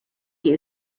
you